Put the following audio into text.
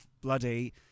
bloody